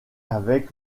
avec